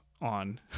On